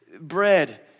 bread